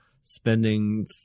spending